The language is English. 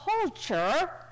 culture